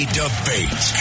debate